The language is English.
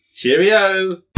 Cheerio